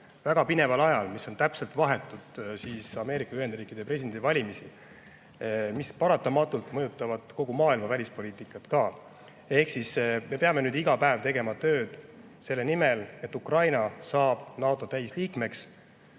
väga pineval ajal, vahetult enne Ameerika Ühendriikide presidendivalimisi, mis paratamatult mõjutavad kogu maailma välispoliitikat. Ehk siis me peame nüüd iga päev tegema tööd selle nimel, et Ukraina saaks NATO täisliikmeks.